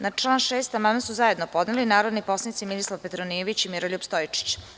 Na član 6. amandman su zajedno podneli su narodni poslanici Milisav Petronijević i Miroljub Stojčić.